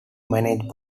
managed